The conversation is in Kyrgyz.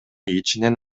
ичинен